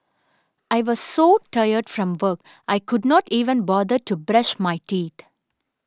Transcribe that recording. I was so tired from work I could not even bother to brush my teeth